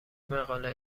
مقاله